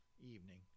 evening